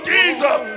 Jesus